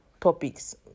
topics